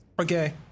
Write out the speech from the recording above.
Okay